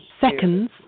seconds